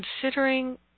considering